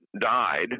died